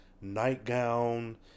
nightgown